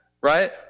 right